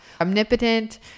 omnipotent